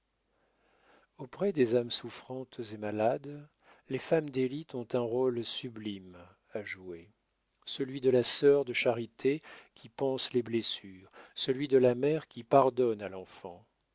auprès des âmes souffrantes et malades les femmes d'élite ont un rôle sublime à jouer celui de la sœur de charité qui panse les blessures celui de la mère qui pardonne à l'enfant